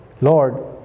Lord